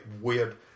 weird